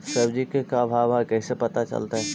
सब्जी के का भाव है कैसे पता चलतै?